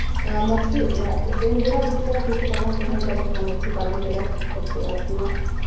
तऽ मछली उपजा जेना बुझियौ जेना कृषि कएलनि तहिना हिसाबसँ मछली पालन कयलथि ओ खे अथीमे